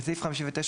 (5)בסעיף 59,